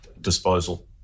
disposal